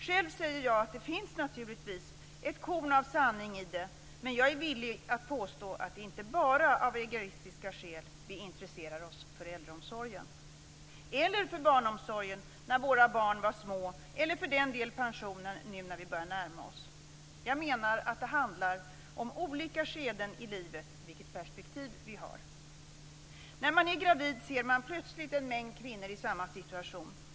Själv säger jag att det naturligtvis finns korn av sanning i det, men jag är villig att påstå att det inte bara är av egoistiska skäl vi intresserar oss för äldreomsorgen, eller för barnomsorgen när våra barn var små, eller för den delen pensionen nu när vi börjar närma oss den. Jag menar att det handlar om olika perspektiv i olika skeden av livet. När man är gravid ser man plötsligt en mängd kvinnor i samma situation.